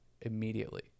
immediately